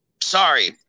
Sorry